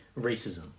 racism